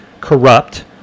corrupt